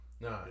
No